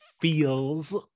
feels